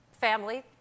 family